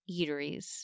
eateries